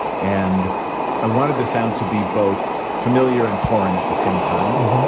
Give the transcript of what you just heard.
and i wanted the sound to be both familiar and foreign at the same time.